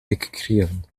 ekkrion